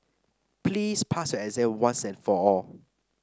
please pass your exam once and for all